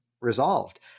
resolved